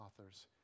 authors